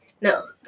No